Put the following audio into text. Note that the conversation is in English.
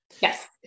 Yes